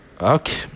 okay